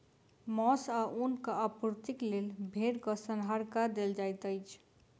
मौस आ ऊनक आपूर्तिक लेल भेड़क संहार कय देल जाइत अछि